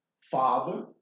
father